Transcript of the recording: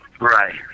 right